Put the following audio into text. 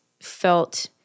felt